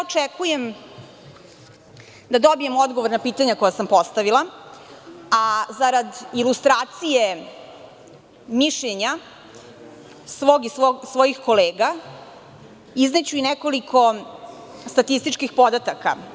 Očekujem da dobijem odgovor na pitanja koja sam postavila, a zarad ilustracije mišljenja svog i svojih kolega, izneću nekoliko statističkih podataka.